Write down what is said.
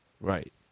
Right